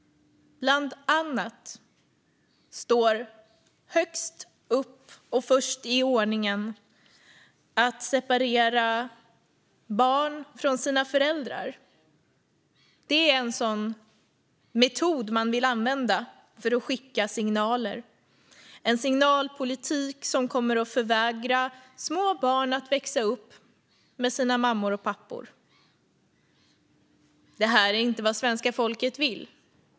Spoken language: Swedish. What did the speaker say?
Bland annat står det högst upp och först i ordningen att man ska separera barn från deras föräldrar. Det är en sådan metod man vill använda för att skicka signaler. Det är en signalpolitik som kommer att förvägra små barn att växa upp med sina mammor och pappor. Detta är inte vad svenska folket vill.